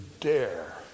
dare